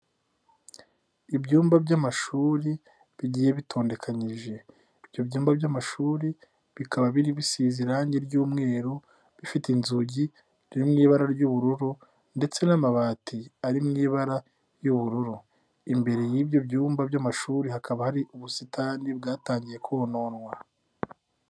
Ibyumba by'amashuri bigiye bitondekanyije. Ibyo byumba by'amashuri, bikaba bisize irangi ry'umweru, bifite inzugi biri mu ibara ry'ubururu ndetse n'amabati ari mu ibara ry'ubururu. Imbere y'ibyo byumba by'amashuri hakaba hari ubusitani bwatangiye kononwa.